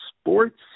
Sports